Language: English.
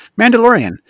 Mandalorian